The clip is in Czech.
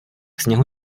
sněhu